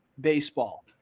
baseball